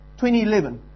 2011